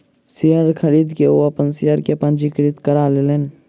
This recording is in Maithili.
शेयर खरीद के ओ अपन शेयर के पंजीकृत करा लेलैन